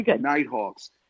Nighthawks